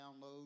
download